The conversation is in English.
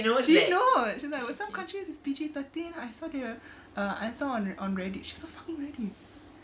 she knows but some countries its P_G thirteen I saw ah I saw on re~ reddit she's on fucking reddit